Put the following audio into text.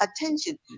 attention